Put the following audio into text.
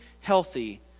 healthy